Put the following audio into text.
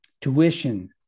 tuition